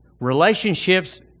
Relationships